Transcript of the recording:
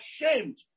ashamed